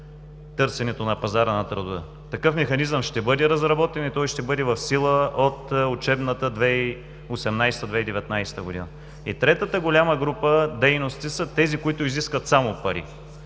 търсенето на пазара на труда. Такъв механизъм ще бъде разработен и той ще бъде в сила от учебната 2018/2019 г. И третата голяма група дейности са тези, които изискват само пари.